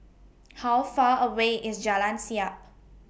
How Far away IS Jalan Siap